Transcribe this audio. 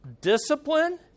discipline